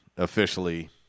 officially